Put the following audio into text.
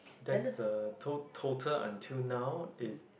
that's uh tot~ total until now is